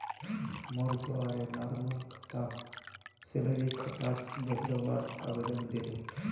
मोर द्वारे नॉर्मल खाताक सैलरी खातात बदलवार आवेदन दिले